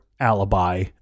alibi